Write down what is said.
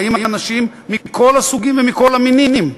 באים אנשים מכל הסוגים ומכל המינים,